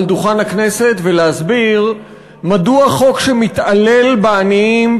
דוכן הכנסת ולהסביר מדוע חוק שמתעלל בעניים,